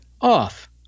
off